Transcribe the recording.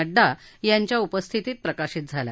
नड्डा यांच्या उपस्थितीत प्रकाशित झाला